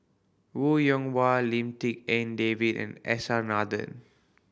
Wong Yoon Wah Lim Tik En David and S R Nathan